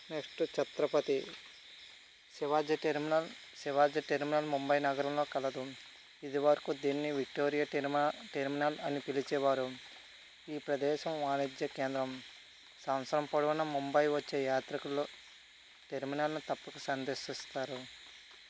next Chhatrapati Shivaji terminal Shivaji terminal Mumbai నగరంలో కలదు ఇది వరకు దీన్ని విక్టోరియా టెరిమా టెర్మినల్ అని పిలిచేవారు ఈ ప్రదేశం వాణిజ్య కేంద్రం సంవత్సరం పొడవున ముంబై వచ్చే యాత్రికులు టెర్మినల్ను తప్ సందర్శిస్తారు